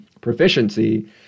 proficiency